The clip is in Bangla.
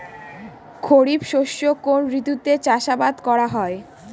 খরিফ শস্য কোন ঋতুতে চাষাবাদ করা হয়?